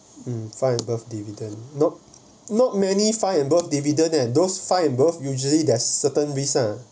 uh find a both dividend not not many find both dividend and those usually there's certain risk ah